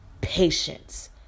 patience